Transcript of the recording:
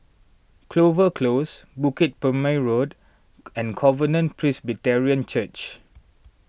Clover Close Bukit Purmei Road and Covenant Presbyterian Church